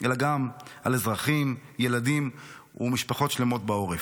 אלא גם על אזרחים, ילדים ומשפחות שלמות בעורף.